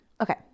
Okay